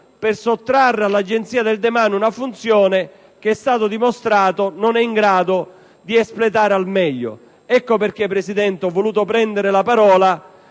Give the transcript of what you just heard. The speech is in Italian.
per sottrarre all'Agenzia del demanio una funzione che - è stato dimostrato - non è in grado di espletare al meglio. Ecco perché, Presidente, ho voluto prendere la parola,